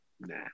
nah